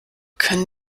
können